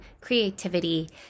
creativity